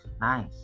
nice